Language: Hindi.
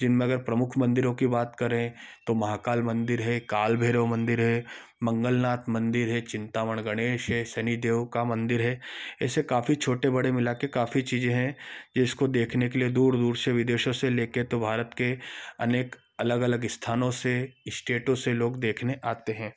जिनमें अगर प्रमुख मंदिरों की बात करें तो महाकाल मंदिर है काल भैरव मंदिर है मंगलनाथ मंदिर है चिंतामण गणेश है शनिदेव का मंदिर है ऐसे काफी छोटे बड़े मिला के काफी चीजें हैं जिसको देखने के लिए दूर दूर से विदेशो से ले के तो भारत के अनेक अलग अलग स्थानों से स्टेटों से लोग देखने आते हैं